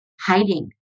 hiding